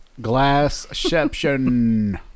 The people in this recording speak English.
Glassception